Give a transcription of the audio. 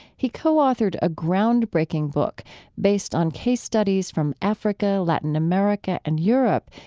he co-authored a groundbreaking book based on case studies from africa, latin america, and europe,